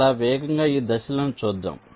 చాలా వేగంగా ఈ దశలను చూద్దాం